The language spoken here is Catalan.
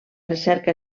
recerca